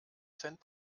cent